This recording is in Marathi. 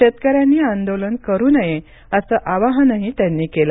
शेतकऱ्यांनी आंदोलन करू नये असं आवाहनही त्यांनी केल